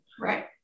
Right